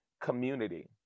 community